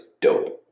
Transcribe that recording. dope